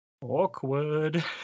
Awkward